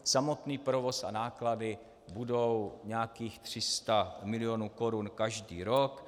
Samotný provoz a náklady budou nějakých 300 milionů korun každý rok.